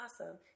awesome